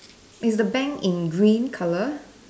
is the bank in green color